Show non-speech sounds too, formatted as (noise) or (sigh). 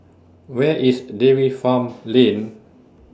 Where IS Dairy (noise) Farm Lane